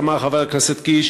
אמר חבר הכנסת קיש.